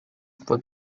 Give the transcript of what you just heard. fue